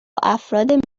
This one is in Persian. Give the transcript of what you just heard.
افراد